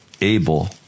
Abel